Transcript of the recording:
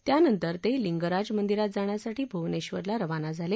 त्यानंतर ते लिंगराज मंदीरात जाण्यासाठी भुवनेक्षरला रवाना झाले